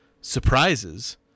surprises